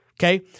Okay